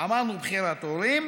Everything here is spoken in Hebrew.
בחירת הורים,